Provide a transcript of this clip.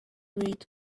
read